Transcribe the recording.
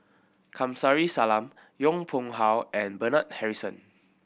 Kamsari Salam Yong Pung How and Bernard Harrison